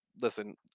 listen